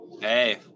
Hey